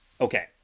Okay